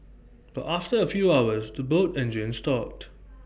but after A few hours the boat engines stopped